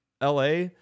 LA